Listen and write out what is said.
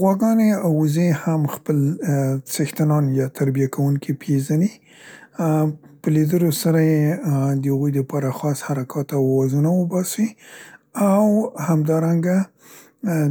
غواګانې او وزې هم خپل څښتنان یا تربیه کوونکي پیزني، ا په لیدلو سره یې ا د هغوی لپاره خاص حرکات او اوازونه وباسي او همدارنګه